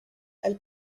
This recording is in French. elle